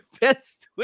Best